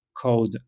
code